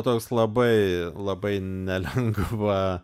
toks labai labai nelengva